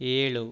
ಏಳು